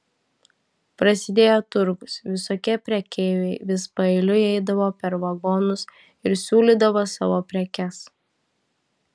prasidėjo turgus visokie prekeiviai vis paeiliui eidavo per vagonus ir siūlydavo savo prekes